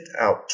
out